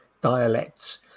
dialects